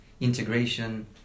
integration